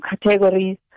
categories